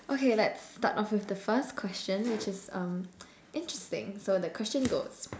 okay let's start off with the first question which is um interesting so the question goes